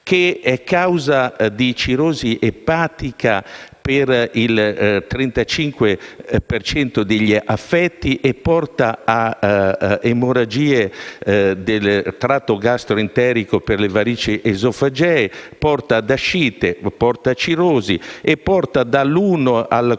È causa di cirrosi epatica per il 35 per cento degli affetti; porta a emorragie del tratto gastroenterico per varici esofagee; porta ad ascite e a cirrosi e porta dall'1 al 4 per